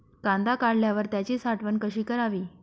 कांदा काढल्यावर त्याची साठवण कशी करावी?